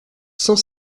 cent